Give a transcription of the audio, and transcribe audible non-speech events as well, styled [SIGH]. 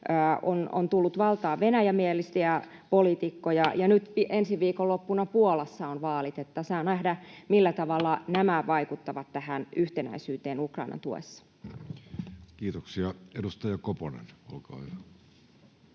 on tullut valtaan venäjämielisiä poliitikkoja, [NOISE] ja nyt ensi viikonloppuna Puolassa on vaalit. Saa nähdä, [NOISE] millä tavalla nämä vaikuttavat tähän yhtenäisyyteen Ukrainan tuessa. Kiitoksia. — Edustaja Koponen, olkaa hyvä.